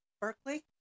Berkeley